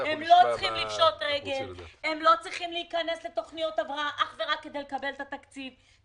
הציבוריים-העצמאיים והיערכות לתחלואת חורף 2021 בצל הקורונה,